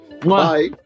Bye